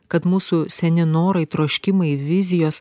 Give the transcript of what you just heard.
kad mūsų seni norai troškimai vizijos